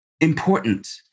important